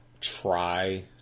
try